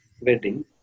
wedding